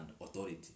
authority